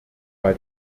bei